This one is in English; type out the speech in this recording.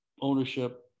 ownership